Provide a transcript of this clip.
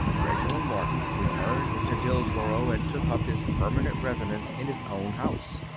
reginald morton returned to dillsborough, and took up his permanent residence in his own house.